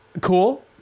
cool